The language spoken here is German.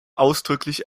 ausdrücklich